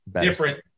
different